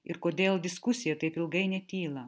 ir kodėl diskusija taip ilgai netyla